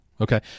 Okay